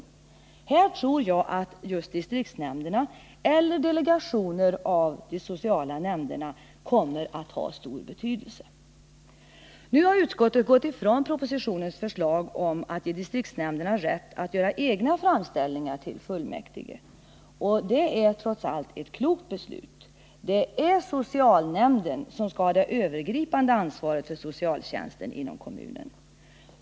Och här tror jag att just distriktsnämnderna eller delegationer av de sociala centralnämnderna kommer att ha stor betydelse. Nu har utskottet gått ifrån propositionens förslag att ge distriktsnämnderna rätt att göra egna framställningar till fullmäktige. Det är trots allt ett klokt beslut. Det är socialnämnden som skall ha det övergripande ansvaret för socialtjänsten inom kommunen.